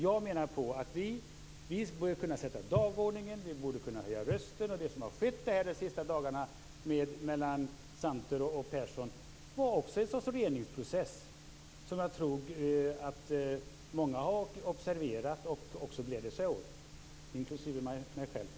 Jag menar att vi borde kunna sätta dagordningen och höja rösten. Det som har skett de senaste dagarna mellan Santer och Persson är också en sorts reningsprocess, som jag tror att många, inklusive jag själv, har observerat och också gläder sig åt.